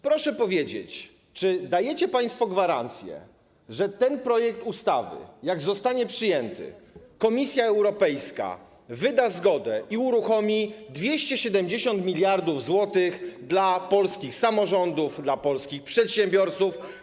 Proszę powiedzieć, czy dajecie państwo gwarancję, że jeśli ten projekt ustawy zostanie przyjęty, to Komisja Europejska wyda zgodę i uruchomi 270 mld zł dla polskich samorządów, dla polskich przedsiębiorców.